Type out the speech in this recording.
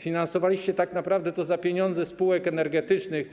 Finansowaliście to tak naprawdę z pieniędzy spółek energetycznych,